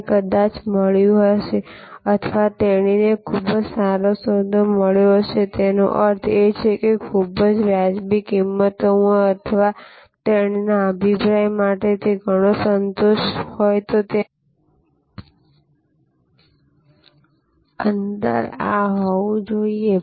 તેને કદાચ મળ્યું હશે અથવા તેણીને ખૂબ જ સારો સોદો મળ્યો હશેતેનો અર્થ એ કે ખૂબ જ વાજબી કિંમતમાં તેના અથવા તેણીના અભિપ્રાય માટે ઘણો સંતોષ તો તે અંતર આ હોવું જોઈએ